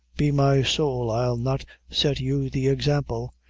be my sowl, i'll not set you the example.